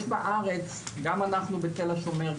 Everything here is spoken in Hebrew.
יש בארץ גם אנחנו בתל-השומר,